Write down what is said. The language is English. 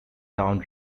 down